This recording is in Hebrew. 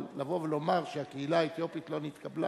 אבל לבוא ולומר שהקהילה האתיופית לא נתקבלה?